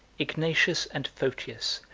ignatius and photius,